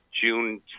June